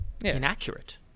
inaccurate